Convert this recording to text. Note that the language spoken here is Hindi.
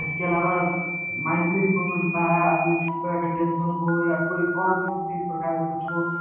इसके अलावा मैंटली इम्प्रूवमेंट होता है आदमी को किसी प्रकार का टेंसन हो या और भी कोई और भी प्रकार कुछ हो